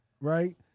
right